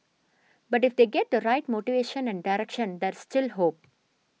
but if they get the right motivation and direction there's still hope